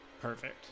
perfect